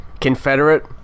Confederate